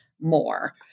more